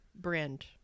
brand